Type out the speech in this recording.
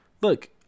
Look